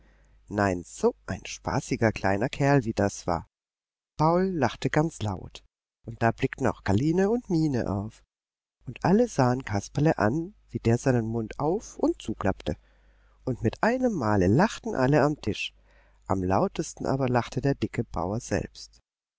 nein so ein spaßiger kleiner kerl wie das war paul lachte ganz laut und da blickten auch karline und mine auf und alle sahen kasperle an wie der seinen mund auf und zuklappte und mit einem male lachten alle am tisch am lautesten aber lachte der dicke bauer selbst